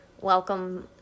Welcome